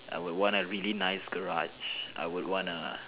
I would want a really nice garage I would want a